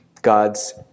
God's